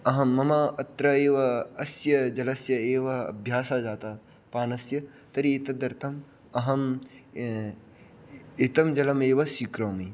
अहं मम अत्र एव अस्य जलस्य एव अभ्यासः जातः पानस्य तर्हि तदर्थं अहं एतं जलं एव स्वीकरोमि